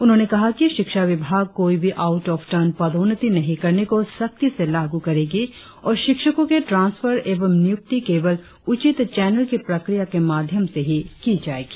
उन्होंने कहा कि शिक्षा विभाग कोई भी आउट ऑफ टर्न पदोन्नति नही करने को सख्ती से लागु करेगा और शिक्षको के ट्रास्फर एवं नियुक्ति केवल उचित चैनल की प्रक्रिया के माध्यम से ही किया जाएगा